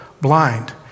blind